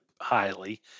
highly